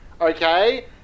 okay